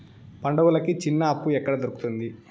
పండుగలకి చిన్న అప్పు ఎక్కడ దొరుకుతుంది